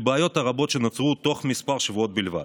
לבעיות הרבות שנוצרו בתוך כמה שבועות בלבד.